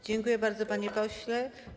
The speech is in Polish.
Dziękuję bardzo, panie pośle.